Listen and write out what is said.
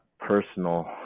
personal